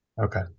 Okay